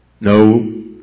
No